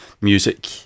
music